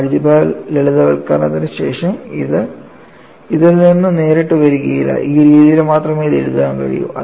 algebra ലളിതവത്കരണത്തിന് ശേഷം ഇത് ഇതിൽ നിന്ന് നേരിട്ട് വരില്ല ഈ രീതിയിൽ മാത്രമേ ഇത് എഴുതാൻ കഴിയൂ